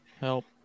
Help